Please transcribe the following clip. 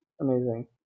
amazing